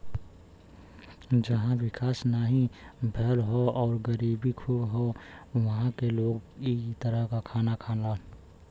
जहां विकास नाहीं भयल हौ आउर गरीबी खूब हौ उहां क लोग इ तरह क खाना खालन